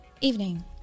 Evening